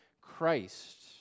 Christ